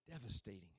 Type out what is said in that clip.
Devastating